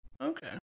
okay